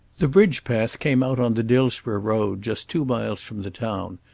the bridge path came out on the dillsborough road just two miles from the town,